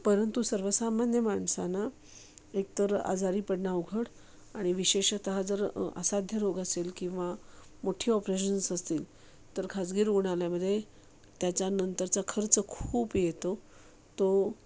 परंतु सर्वसामान्य माणसांना एक तर आजारी पडणं अवघड आणि विशेषतः जर असाध्य रोग असेल किंवा मोठी ऑपरेशन्स असतील तर खाजगी रुग्णालयामध्ये त्याच्यानंतरचा खर्च खूप येतो तो